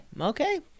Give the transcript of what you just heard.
Okay